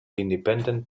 independent